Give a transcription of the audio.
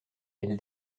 elle